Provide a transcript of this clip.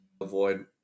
avoid